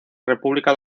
república